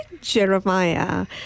Jeremiah